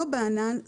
לא בענן,